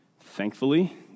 Thankfully